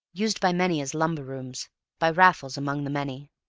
used by many as lumber-rooms by raffles among the many.